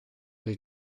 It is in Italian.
alle